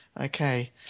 Okay